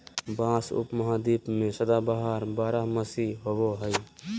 बाँस उपमहाद्वीप में सदाबहार बारहमासी होबो हइ